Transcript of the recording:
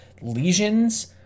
lesions